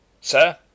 Sir